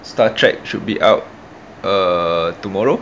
star trek should be out err tomorrow